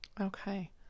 Okay